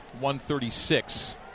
1.36